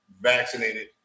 vaccinated